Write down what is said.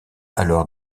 alors